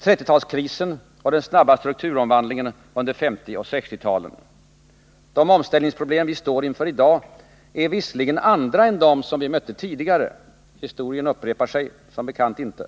30-talskrisen och den snabba strukturomvandlingen under 1950 och 1960-talen. De omställningsproblem vi står inför i dag är visserligen andra än dem som vi mött tidigare — historien upprepar sig som bekant inte.